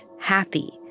happy